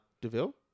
Deville